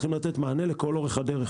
צריך לתת מענה לכל אורך הדרך